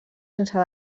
sense